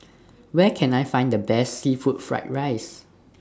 Where Can I Find The Best Seafood Fried Rice